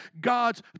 God's